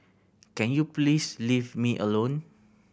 can you please leave me alone